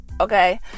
Okay